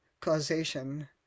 causation